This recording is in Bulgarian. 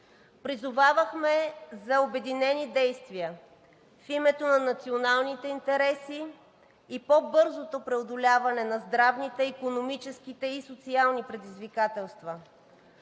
Призовавахме за обединени действия в името на националните интереси и по-бързото преодоляване на здравните, икономическите и социалните предизвикателства.